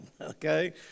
okay